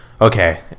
Okay